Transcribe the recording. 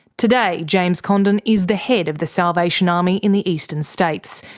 today james condon is the head of the salvation army in the eastern states,